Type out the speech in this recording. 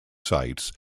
sites